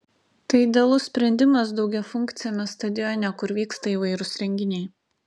tai idealus sprendimas daugiafunkciame stadione kur vyksta įvairūs renginiai